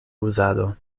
uzado